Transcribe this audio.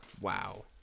wow